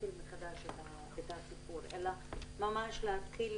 להתחיל מחדש את הסיפור אלא ממש להתחיל